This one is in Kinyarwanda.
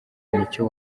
nicyo